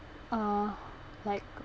uh like